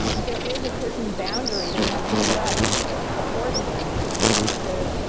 there is a certain boundary they have to put up beforehand to,